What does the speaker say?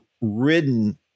ridden